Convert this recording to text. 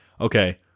Okay